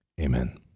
Amen